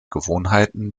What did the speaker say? gewohnheiten